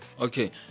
Okay